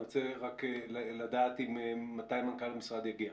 אני רוצה רק לדעת מתי מנכ"ל המשרד יגיע.